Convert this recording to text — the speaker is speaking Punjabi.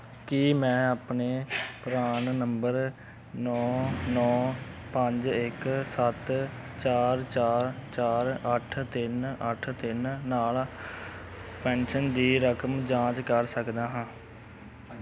ਕੀ ਮੈਂ ਆਪਣੇ ਪਰਾਨ ਨੰਬਰ ਨੌਂ ਨੌਂ ਪੰਜ ਇੱਕ ਸੱਤ ਚਾਰ ਚਾਰ ਚਾਰ ਅੱਠ ਤਿੰਨ ਅੱਠ ਤਿੰਨ ਨਾਲ ਪੈਨਸ਼ਨ ਦੀ ਰਕਮ ਦੀ ਜਾਂਚ ਕਰ ਸਕਦਾ ਹਾਂ